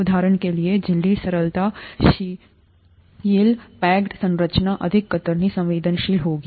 उदाहरण के लिए झिल्ली तरलता शिथिल पैक्ड संरचना अधिक कतरनी संवेदनशील होगी